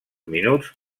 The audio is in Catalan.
minuts